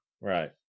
right